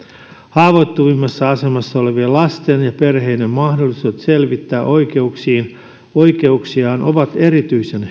haavoittuvimmassa asemassa olevien lasten ja perheiden mahdollisuudet selvittää oikeuksiaan ovat erityisen